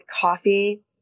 coffee